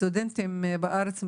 סטודנטים בארץ מקבלים.